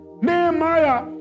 Nehemiah